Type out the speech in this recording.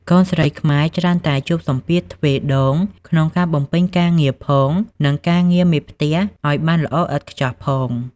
កូនស្រីខ្មែរច្រើនតែជួបសម្ពាធទ្វេដង ក្នុងការបំពេញការងារផង និងការងារមេផ្ទះឱ្យបានល្អឥតខ្ចោះផង។